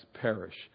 perish